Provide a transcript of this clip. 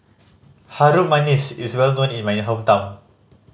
Harum Manis is well known in my hometown